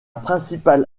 principale